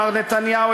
מר נתניהו,